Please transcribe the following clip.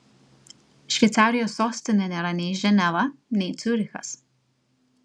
šveicarijos sostinė nėra nei ženeva nei ciurichas